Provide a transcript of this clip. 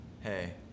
Hey